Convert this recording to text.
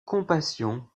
compassion